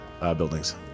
buildings